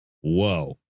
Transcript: whoa